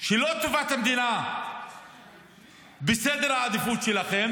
שלא טובת המדינה בסדר העדיפות שלכם.